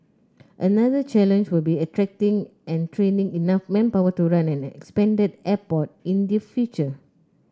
another challenge will be attracting and training enough manpower to run an expanded airport in the future